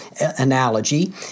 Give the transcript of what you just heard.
analogy